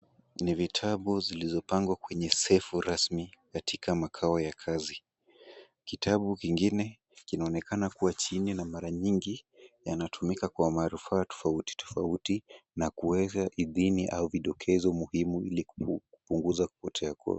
Ni vitabu zilizopangwa kwenye sefu rasmi katika makao ya kazi. Kitabu kingine kinaonekana kuwa chini na mara nyingi, yanatumika kwa manufaa tofauti tofauti na kuweza idhini au vindokezo muhimu ili kupunguza kupotea kwao.